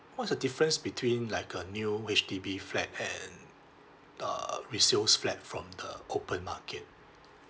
what's the difference between like a new H_D_B flat and the uh resales flat from the open market